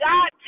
God